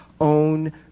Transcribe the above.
own